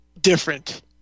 different